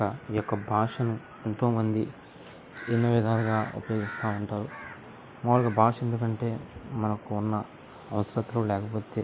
ఈ యొక్క భాషను ఎంతో మంది ఎన్నోవిధాలుగా ఉపయోగిస్తూ ఉంటారు మాములుగా భాష ఎందుకు అంటే మనకు ఉన్న అవసరతులు లేకపోతే